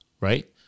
Right